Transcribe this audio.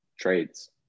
trades